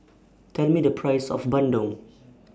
Tell Me The Price of Bandung